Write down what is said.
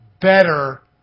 better